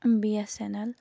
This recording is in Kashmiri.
B S N L